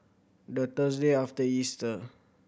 the Thursday after Easter